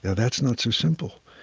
that's not so simple.